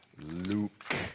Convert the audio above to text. Luke